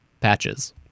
patches